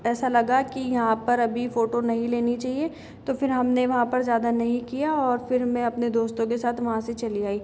ऐसा लगा की यहाँ पर अभी फोटो नहीं लेनी चाहिए तो फिर हमने वहाँ पर ज़्यादा नहीं किया और फिर मैं अपने दोस्तों के साथ वहाँ से चली आई